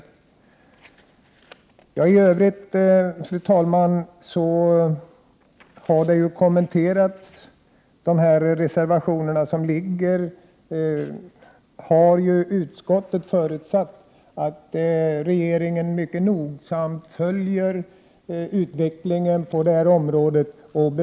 Fru talman! Övriga reservationer har kommenterats, och utskottet har förutsatt att regeringen mycket noga följer utvecklingen på detta område.